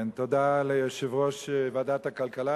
תודה ליושב-ראש ועדת הכלכלה,